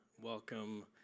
welcome